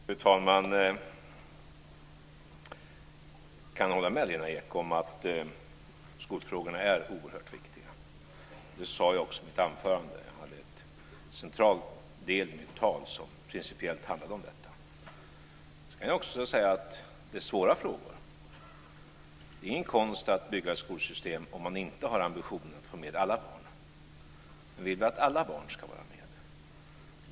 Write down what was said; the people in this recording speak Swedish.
Fru talman! Jag kan hålla med Lena Ek om att skolfrågorna är oerhört viktiga. Det sade jag också i mitt anförande. En central del i mitt tal handlade principiellt om detta. Det är svåra frågor. Det är ingen konst att bygga ett skolsystem om man inte har ambitionen att få med alla barn. Vi vill att alla barn ska vara med.